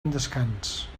descans